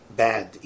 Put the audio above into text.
bad